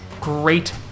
great